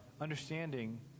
understanding